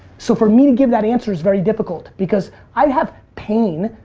so for me to give that answer is very difficult because i have pain.